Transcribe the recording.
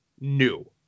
new